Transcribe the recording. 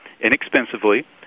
inexpensively